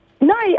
No